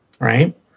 right